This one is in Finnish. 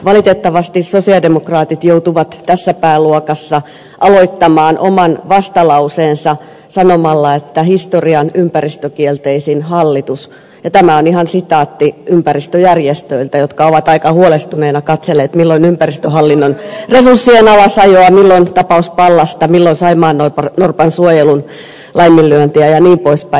valitettavasti sosialidemokraatit joutuvat tässä pääluokassa aloittamaan oman vastalauseensa sanomalla että tämä on historian ympäristökielteisin hallitus ja tämä on ihan sitaatti ympäristöjärjestöiltä jotka ovat aika huolestuneina katselleet milloin on ympäristöhallinnon resurssien alasajoa milloin tapaus pallasta milloin saimaannorpan suojelun laiminlyöntiä jnp